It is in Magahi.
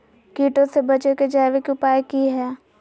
कीटों से बचे के जैविक उपाय की हैय?